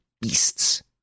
beasts